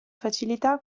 facilità